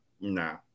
nah